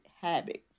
habits